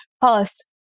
past